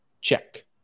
Check